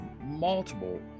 multiple